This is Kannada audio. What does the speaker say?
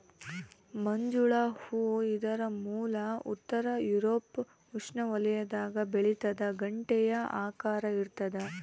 ಮಂಜುಳ ಹೂ ಇದರ ಮೂಲ ಉತ್ತರ ಯೂರೋಪ್ ಉಷ್ಣವಲಯದಾಗ ಬೆಳಿತಾದ ಗಂಟೆಯ ಆಕಾರ ಇರ್ತಾದ